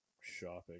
shopping